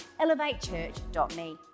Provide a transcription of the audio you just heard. elevatechurch.me